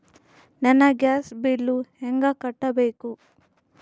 ನನ್ನ gas bill ಹೆಂಗ ಕಟ್ಟಬೇಕು?